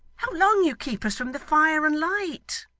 how long you keep us from the fire and light